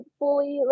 fully